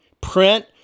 print